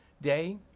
day